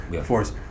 Force